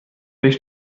ich